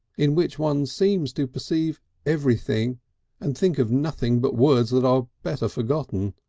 in which one seems to perceive everything and think of nothing but words that are better forgotten.